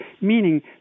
meaning